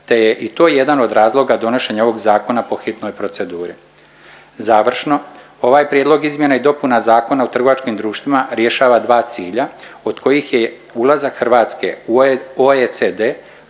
te je i to jedan od razlog donošenja ovog zakona po hitnoj proceduri. Završno, ovaj prijedlog izmjena i dopuna Zakona o trgovačkim društvima rješava dva cilja od kojih je ulazak Hrvatske u OECD